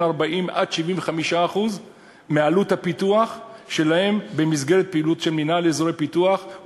40% ל-75% מעלות הפיתוח שלהם במסגרת הפעילות של מינהל פיתוח,